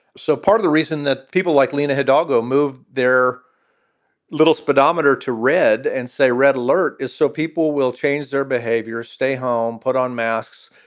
so part of the reason that people like leona hidalgo move their little speedometer to read and say red alert is so people will change their behavior, stay home, put on masks,